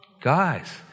Guys